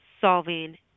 solving